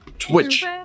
Twitch